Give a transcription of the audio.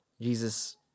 Jesus